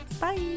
Bye